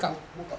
wo~ woke up